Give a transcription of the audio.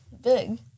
big